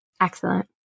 Excellent